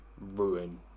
ruin